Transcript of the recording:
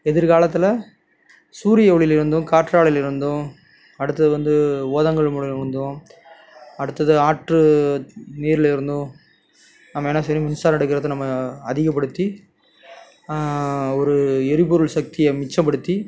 எதிர்காலத்தில் சூரியஒளியில் இருந்தும் காற்றாலையில் இருந்தும் அடுத்தது வந்து ஓதங்கள் மூலிம் இருந்தும் அடுத்தது ஆற்று நீரில் இருந்தும் நம்ம என்ன செய்கிறோம் மின்சாரம் எடுக்கிறத நம்ம அதிகப்படுத்தி ஒரு எரிபொருள் சக்தியை மிச்சப்படுத்தி